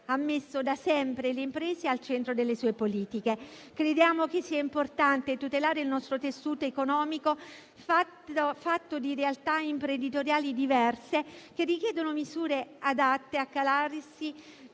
ha messo da sempre le imprese al centro delle sue politiche. Crediamo che sia importante tutelare il nostro tessuto economico fatto di realtà imprenditoriali diverse che richiedono misure adatte a calarsi